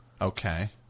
Okay